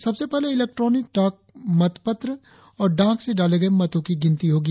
सबसे पहले इलेक्ट्रॉनिक डाक मतपत्र और डाक से डाले गए मतों की गिनती होगी